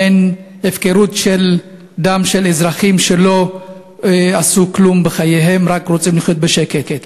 והפקרות של דם של אזרחים שלא עשו כלום בחייהם ורק רוצים לחיות בשקט.